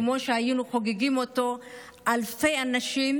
כמו שהיינו חוגגים אותו אלפי אנשים,